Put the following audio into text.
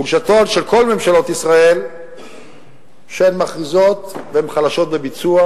חולשתן של כל ממשלות ישראל שהן מכריזות והן חלשות בביצוע,